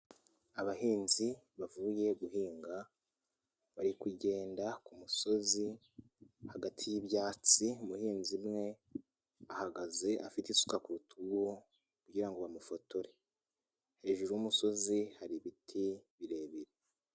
Abahinzi bavuye guhinga, bari kugenda kumusozi hagati y'ibyatsi, umuhinzi umwe ahagaze afite isuka ku rutugu ku girango bamufotore, hejuru y'umusozi hari ibiti birebire.